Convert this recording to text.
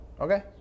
okay